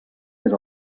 més